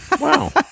Wow